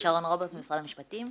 שרון רוברטס, משרד המשפטים.